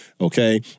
okay